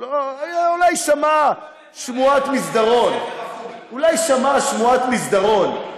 אולי שמע שמועת מסדרון, אולי שמע שמועת מסדרון.